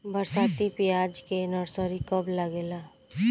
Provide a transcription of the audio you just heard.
बरसाती प्याज के नर्सरी कब लागेला?